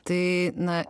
tai na